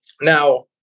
Now